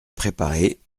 préparée